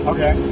Okay